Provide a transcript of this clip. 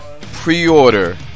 pre-order